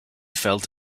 felt